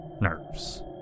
nerves